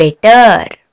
better